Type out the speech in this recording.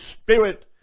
Spirit